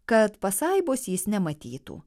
kad pasaibos jis nematytų